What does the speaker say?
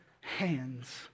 hands